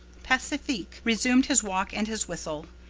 pacifique resumed his walk and his whistle.